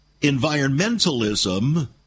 environmentalism